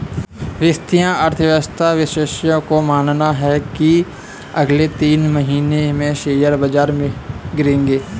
वित्तीय अर्थशास्त्र विशेषज्ञों का मानना है की अगले तीन महीने में शेयर बाजार गिरेगा